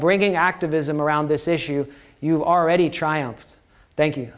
bringing activism around this issue you already triumphed thank you